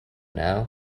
now